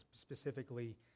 specifically